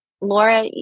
Laura